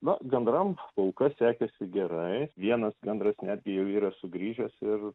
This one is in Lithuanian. na gandrams kol kas sekėsi gerai vienas gandras netgi jau yra sugrįžęs ir